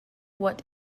what